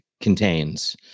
contains